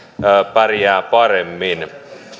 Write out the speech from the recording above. pärjää paremmin